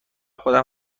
خودم